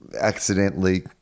accidentally